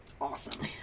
awesome